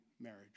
marriage